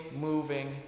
moving